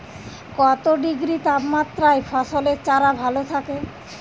কত ডিগ্রি তাপমাত্রায় ফসলের চারা ভালো থাকে?